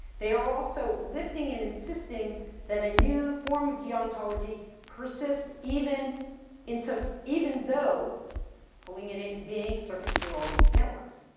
they are also lifting and insisting that a new form of deontology persists even in, so even though pulling it into being circuits through all these networks.